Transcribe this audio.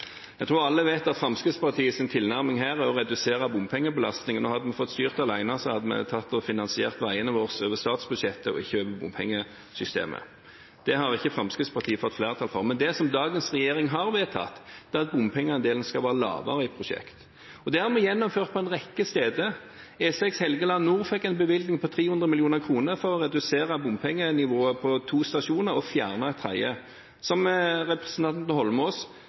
Jeg tror alle vet at Fremskrittspartiets tilnærming her er å redusere bompengebelastningen, og hadde vi fått styrt alene, hadde vi finansiert veiene våre over statsbudsjettet og ikke over bompengesystemet. Det har ikke Fremskrittspartiet fått flertall for. Men det som dagens regjering har vedtatt, er at bompengeandelen skal være lavere i prosjekt. Det har vi gjennomført på en rekke steder. E6 Helgeland nord fikk en bevilgning på 300 mill. kr for å redusere bompengenivået på to stasjoner og fjerne en tredje, som representanten Eidsvoll Holmås